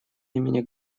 имени